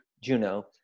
Juno